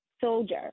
soldier